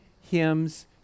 hymns